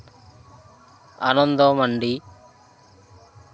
ᱟᱱᱚᱱᱫᱚ ᱢᱟᱱᱰᱤ